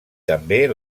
també